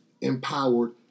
empowered